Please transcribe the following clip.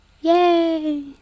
Yay